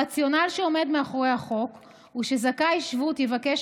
הרציונל שעומד מאחורי החוק הוא שזכאי שבות יבקש